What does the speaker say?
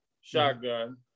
shotgun